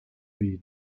wie